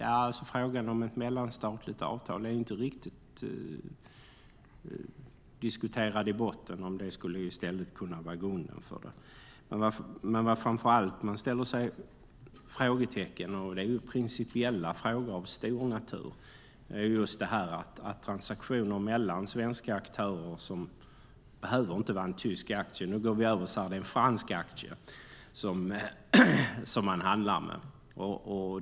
Ja, frågan om ett mellanstatligt avtal är inte riktigt diskuterad i botten, om det i stället skulle kunna vara gången för det. Men vad man framför allt sätter frågetecken för är principiella frågor av stor natur. Det gäller just transaktioner mellan svenska aktörer. Det behöver inte vara en tysk aktie, utan nu säger vi att det är en fransk aktie som man handlar med.